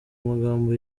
magambo